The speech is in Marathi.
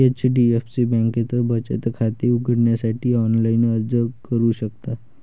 एच.डी.एफ.सी बँकेत बचत खाते उघडण्यासाठी ऑनलाइन अर्ज करू शकता